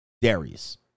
Darius